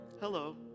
Hello